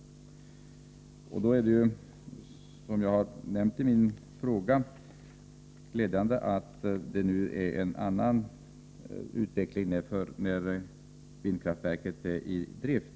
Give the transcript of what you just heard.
Som jag nämnt i min fråga är det glädjande att inställningen är en annan, när nu vindkraftverket är i drift.